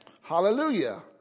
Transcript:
Hallelujah